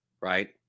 right